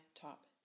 top